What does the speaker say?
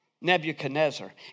Nebuchadnezzar